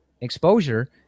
exposure